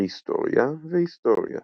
פרהיסטוריה והיסטוריה